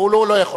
הוא לא יכול.